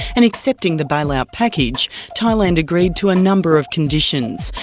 and accepting the bail-out package, thailand agreed to a number of conditions,